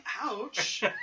Ouch